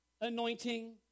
anointing